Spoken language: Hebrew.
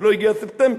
עוד לא הגיע ספטמבר,